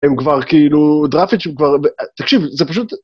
הם כבר כאילו... דרפיץ' הוא כבר ב.., תקשיב, זה פשוט...